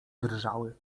drżały